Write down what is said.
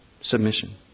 Submission